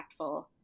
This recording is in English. impactful